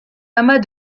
amas